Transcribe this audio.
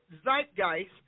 zeitgeist